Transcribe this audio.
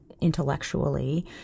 intellectually